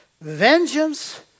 vengeance